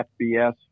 fbs